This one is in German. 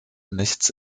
nichts